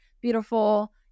beautiful